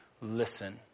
listen